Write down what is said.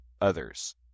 others